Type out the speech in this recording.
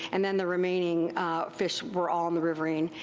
and then the remaining fish were all in the riverine.